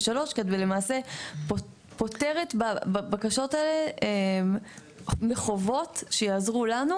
43. כי את למעשה פוטרת בבקשות האלה מחובות שיעזרו לנו,